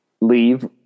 leave